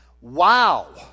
Wow